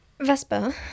Vesper